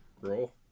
Roll